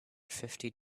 fifty